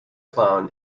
clown